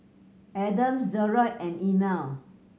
Adams Jerold and Emile